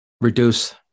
reduce